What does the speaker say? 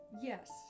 yes